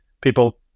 people